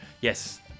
Yes